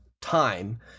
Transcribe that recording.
time